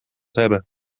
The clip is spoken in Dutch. hebben